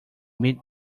beat